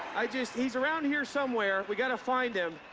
i just he's around here somewhere. we gotta find him.